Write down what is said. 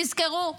תזכרו,